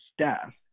staff